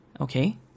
Okay